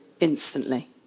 instantly